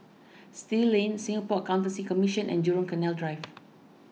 Still Lane Singapore Accountancy Commission and Jurong Canal Drive